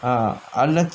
ah அதுல:athula